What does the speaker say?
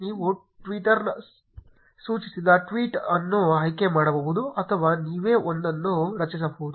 ನೀವು ಟ್ವಿಟರ್ ಸೂಚಿಸಿದ ಟ್ವೀಟ್ ಅನ್ನು ಆಯ್ಕೆ ಮಾಡಬಹುದು ಅಥವಾ ನೀವೇ ಒಂದನ್ನು ರಚಿಸಬಹುದು